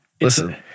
listen